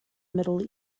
middle